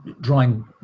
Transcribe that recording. drawing